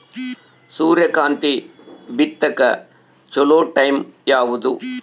ಸೂರ್ಯಕಾಂತಿ ಬಿತ್ತಕ ಚೋಲೊ ಟೈಂ ಯಾವುದು?